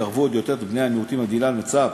יקרבו עוד יותר את בני המיעוטים במדינה למצב